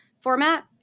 format